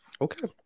Okay